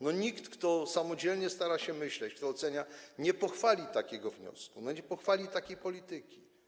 Nikt, kto samodzielnie stara się myśleć, kto to ocenia, nie pochwali takiego wniosku, nie pochwali takiej polityki.